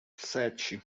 sete